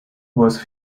was